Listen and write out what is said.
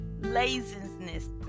laziness